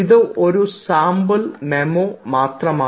ഇത് ഒരു sample memo മാത്രമാണ്